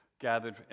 gathered